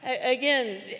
Again